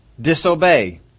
disobey